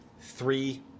three